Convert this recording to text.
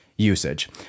usage